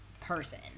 person